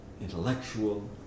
intellectual